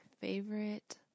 Favorite